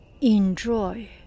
Enjoy